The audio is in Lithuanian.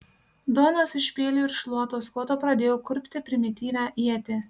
donas iš peilio ir šluotos koto pradėjo kurpti primityvią ietį